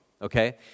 okay